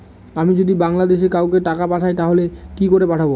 আমি যদি বাংলাদেশে কাউকে টাকা পাঠাই তাহলে কি করে পাঠাবো?